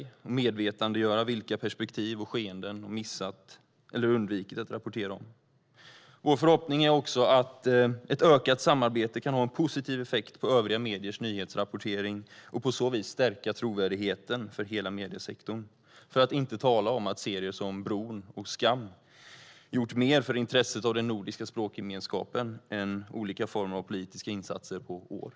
De skulle kunna medvetandegöra vilka perspektiv och skeenden de missat eller undvikit att rapportera om. Vår förhoppning är också att ett ökat samarbete kan ha en positiv effekt på övriga mediers nyhetsrapportering. På så vis skulle trovärdigheten stärkas för hela mediesektorn. Dessutom har serier som Bron och Skam gjort mer för intresset för den nordiska språkgemenskapen än olika former av politiska insatser har gjort på år.